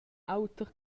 auter